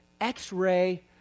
X-ray